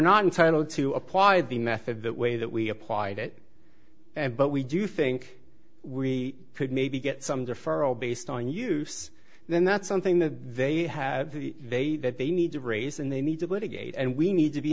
not entitled to apply the method that way that we applied it and but we do think we could maybe get some deferral based on use then that's something that they have they that they need to raise and they need to litigate and we need to be